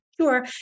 Sure